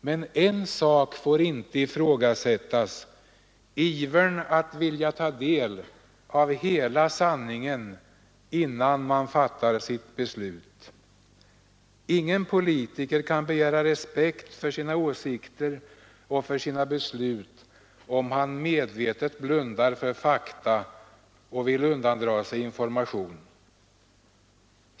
Men en sak får inte ifrågasättas: ivern att vilja ta del av hela sanningen innan man fattar sitt beslut. Ingen politiker kan begära respekt för sina åsikter och för sina beslut om han medvetet blundar för fakta och vill undandra sig information.